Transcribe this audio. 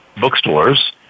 bookstores